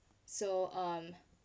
so um